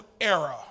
era